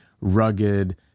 rugged